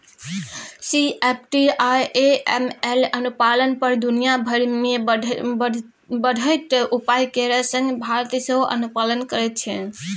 CFT आ AML अनुपालन पर दुनिया भरि मे बढ़ैत उपाय केर संग भारत सेहो अनुपालन करैत छै